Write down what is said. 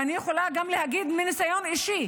ואני יכולה גם להגיד מניסיון אישי,